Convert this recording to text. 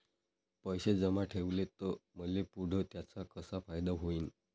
पैसे जमा ठेवले त मले पुढं त्याचा कसा फायदा होईन?